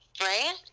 right